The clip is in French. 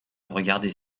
regarder